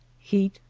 heat,